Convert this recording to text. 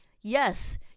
yes